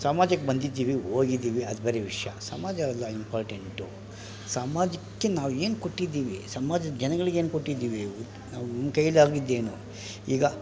ಸಮಾಜಕ್ಕೆ ಬಂದಿದ್ದೀವಿ ಹೋಗಿದೀವಿ ಅದು ಬೇರೆ ವಿಷಯ ಸಮಾಜ ಅಲ್ಲ ಇಂಪಾರ್ಟೆಂಟು ಸಮಾಜಕ್ಕೆ ನಾವೇನು ಕೊಟ್ಟಿದ್ದೀವಿ ಸಮಾಜದ ಜನಗಳಿಗೆ ಏನು ಕೊಟ್ಟಿದ್ದೀವಿ ನಮ್ಮ ಕೈಲಾಗಿದ್ದೇನು ಈಗ